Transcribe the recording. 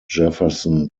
jefferson